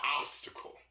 obstacle